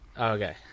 Okay